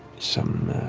some